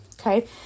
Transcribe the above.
okay